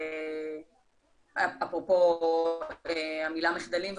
אפרופו המילה מחדלים,